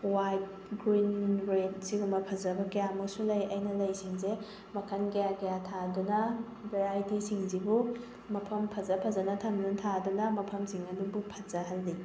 white green red ꯁꯤꯒꯨꯝꯕ ꯐꯖꯕ ꯀꯌꯥ ꯑꯃꯁꯨ ꯂꯩ ꯑꯩꯅ ꯂꯩꯁꯤꯡꯁꯦ ꯃꯈꯜ ꯀꯌꯥ ꯀꯌꯥ ꯊꯥꯗꯨꯅ ꯚꯦꯔꯥꯏꯇꯤ ꯁꯤꯡꯁꯤꯕꯨ ꯃꯐꯝ ꯐꯖ ꯐꯖꯅ ꯊꯝꯃꯤ ꯊꯥꯗꯅ ꯃꯐꯝꯁꯤꯡ ꯑꯗꯨꯕꯨ ꯐꯖꯍꯜꯂꯤ